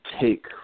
take